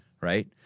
right